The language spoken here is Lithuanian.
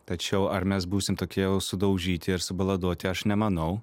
tačiau ar mes būsim tokie jau sudaužyti ir subaladoti aš nemanau